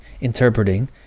interpreting